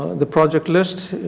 the project list,